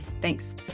thanks